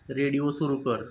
radio सुरू कर